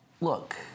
look